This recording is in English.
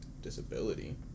disability